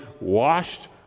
washed